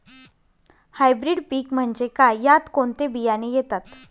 Hybrid पीक म्हणजे काय? यात कोणते बियाणे येतात?